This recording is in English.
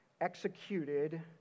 executed